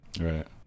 Right